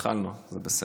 התחלנו, זה בסדר.